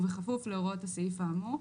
ובכפוף להוראות הסעיף האמור.".